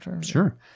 Sure